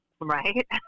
Right